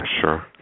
sure